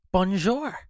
Bonjour